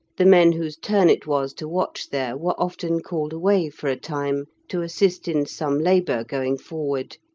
the men whose turn it was to watch there were often called away for a time to assist in some labour going forward,